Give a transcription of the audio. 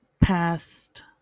past